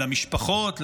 למשפחות,